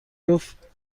جفت